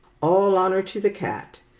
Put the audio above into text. all honour to the cat,